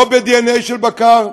לא בדנ"א של בקר,